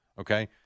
Okay